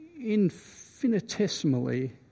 infinitesimally